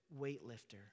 weightlifter